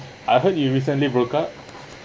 I heard you recently broke up